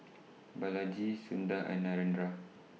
Balaji Sundar and Narendra